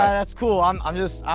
and it's cool i'm i'm just,